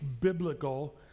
biblical